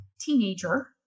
teenager